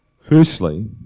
Firstly